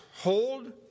hold